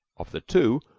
of the two,